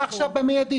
נתחיל מזה, במיידי.